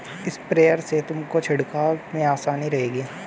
sprayer से तुमको छिड़काव में आसानी रहेगी